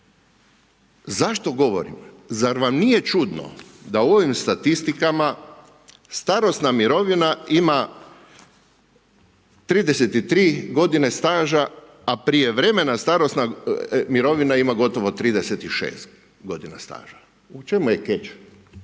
Zašto govorim? Zar vam nije čudno da u ovim statistikama starosna mirovina ima 33 godine staža, a prijevremena starosna mirovina ima gotovo 36 godina staža, u čemu je